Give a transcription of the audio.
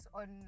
on